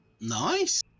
Nice